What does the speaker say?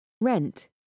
Rent